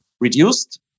reduced